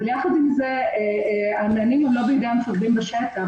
יחד עם זה, המענים הם לא בידי המפקדים בשטח.